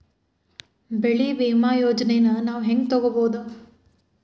ಬೆಳಿ ವಿಮೆ ಯೋಜನೆನ ನಾವ್ ಹೆಂಗ್ ತೊಗೊಬೋದ್?